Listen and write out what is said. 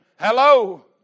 Hello